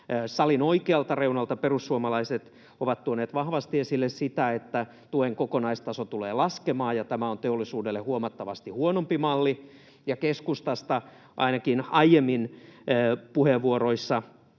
Salin oikealta reunalta perussuomalaiset ovat tuoneet vahvasti esille sitä, että tuen kokonaistaso tulee laskemaan ja tämä on teollisuudelle huomattavasti huonompi malli, ja keskustasta ainakin aiemmin puheenvuoroissa